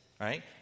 right